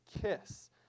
kiss